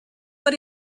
but